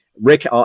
Rick